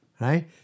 Right